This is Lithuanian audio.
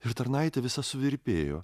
ir tarnaitė visa suvirpėjo